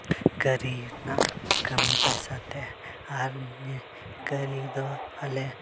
ᱠᱟᱹᱨᱤ ᱨᱮᱱᱟᱜ ᱠᱟᱹᱢᱤ ᱯᱚᱭᱥᱟᱛᱮ ᱟᱨ ᱠᱟᱹᱨᱤ ᱫᱚ ᱟᱞᱮ